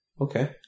Okay